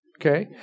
Okay